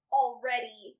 already